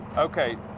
okay,